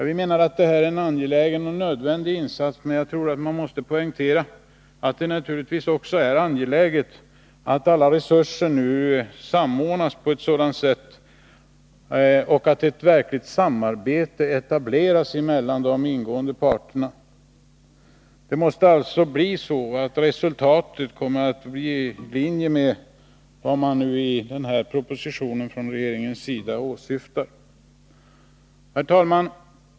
Vi menar att detta är en angelägen och nödvändig insats, men jag poängterar att det naturligtvis också är angeläget att alla resurser nu samordnas och att ett verkligt samarbete etableras mellan parterna. Resultatet måste alltså bli i linje med vad propositionen syftar till. Herr talman!